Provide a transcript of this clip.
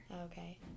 Okay